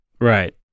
Right